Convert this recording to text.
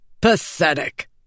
Pathetic